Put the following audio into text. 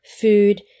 food